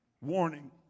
warning